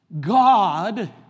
God